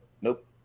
Nope